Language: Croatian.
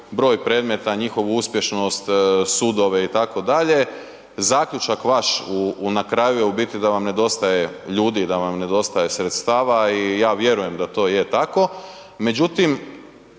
broj predmeta, njihovu uspješnost, sudove itd., zaključak vaš na kraju je u biti da vam nedostaje ljudi, da vam nedostaje sredstava i ja vjerujem da to je tako,